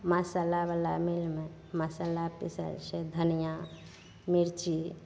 मसल्लावला मिलमे मसल्ला पिसाइ छै धनियाँ मिरची